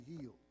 healed